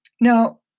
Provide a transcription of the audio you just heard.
Now